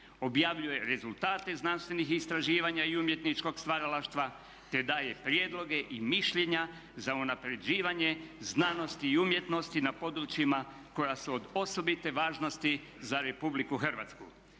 Objavljuje rezultate znanstvenih istraživanja i umjetničkog stvaralaštva te daje prijedloge i mišljenja za unapređivanje znanosti i umjetnosti na područjima koja su od osobite važnosti za Republiku Hrvatsku.".